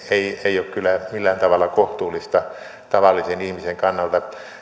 ei ei ole kyllä millään tavalla kohtuullista tavallisen ihmisen kannalta